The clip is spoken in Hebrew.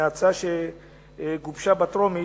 מההצעה שגובשה בטרומית,